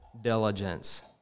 diligence